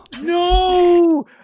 No